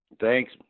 Thanks